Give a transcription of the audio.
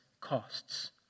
costs